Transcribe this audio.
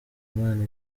imana